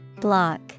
Block